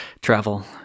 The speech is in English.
travel